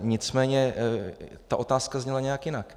Nicméně ta otázka zněla nějak jinak.